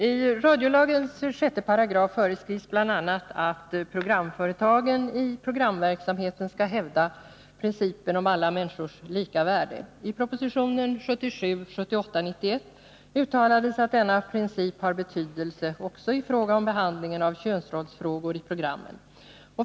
Herr talman! I 6 § radiolagen föreskrivs bl.a. att programföretagen i programverksamheten skall hävda principen om alla människors lika värde. I propositionen 1977/78:91 uttalades att denna princip har betydelse också i fråga om behandlingen av könsrollsfrågor i programmen.